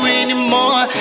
anymore